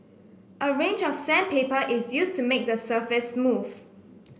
a range of sandpaper is used to make the surface smooth